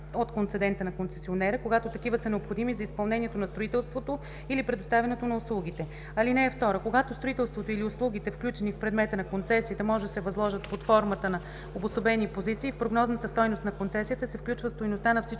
от концедента на концесионера, когато такива са необходими за изпълнението на строителството или предоставянето на услугите. (2) Когато строителството или услугите, включени в предмета на концесията, може да се възложат под формата на обособени позиции, в прогнозната стойност на концесията се включва стойността на всички